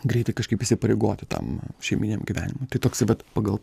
greitai kažkaip įsipareigoti tam šeiminiam gyvenimui tai toksai vat pagal